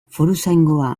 foruzaingoa